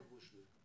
בוקר טוב לכולם.